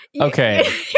Okay